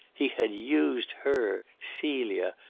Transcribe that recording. he had used her, celia,